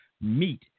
meet